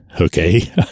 Okay